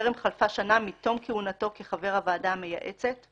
בטרם חלפה שנה מתום כהונתו כחבר הוועדה המייעצת.